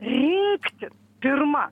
rinktis pirma